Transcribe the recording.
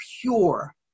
pure